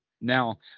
Now